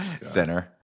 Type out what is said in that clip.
Center